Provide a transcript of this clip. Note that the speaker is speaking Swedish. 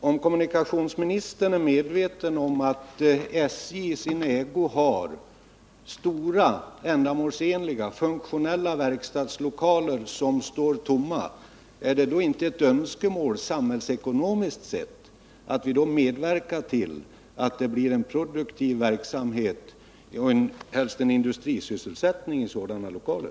Herr talman! Om kommunikationsministern är medveten om att SJ i sin ägo har stora, ändamålsenliga, funktionella verkstadslokaler som står tomma, håller ni då inte med mig om att det är ett önskemål, samhällsekonomiskt sett, att vi medverkar till att det blir en produktiv verksamhet, helst någon industrisysselsättning, i sådana lokaler?